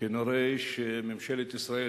כנראה שממשלת ישראל,